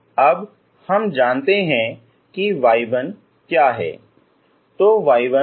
अब हम जानते हैं कि y1 क्या है